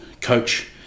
coach